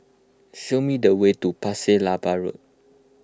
show me the way to Pasir Laba Road